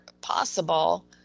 possible